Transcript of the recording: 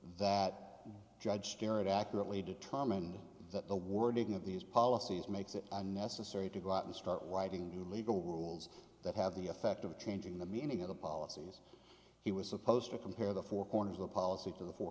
that judge garrett accurately determine that the wording of these policies makes it unnecessary to go out and start writing new legal rules that have the effect of changing the meaning of the policies he was supposed to compare the four corners of policy to the four